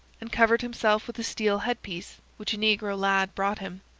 and covered himself with a steel head-piece, which a negro lad brought him.